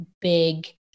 big